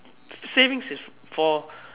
savings is for